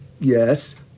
Yes